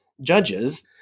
judges